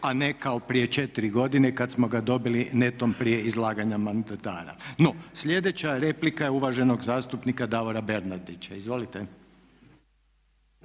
a ne kao prije 4 godine kada smo ga dobili netom prije izlaganja mandatara. No, sljedeća replika je uvaženog zastupnika Davora Bernardića. Izvolite.